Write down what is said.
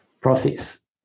process